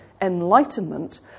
enlightenment